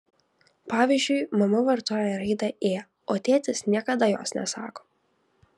pavyzdžiui mama vartoja raidę ė o tėtis niekada jos nesako